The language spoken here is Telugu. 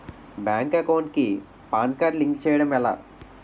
బ్యాంక్ అకౌంట్ కి పాన్ కార్డ్ లింక్ చేయడం ఎలా?